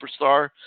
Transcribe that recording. superstar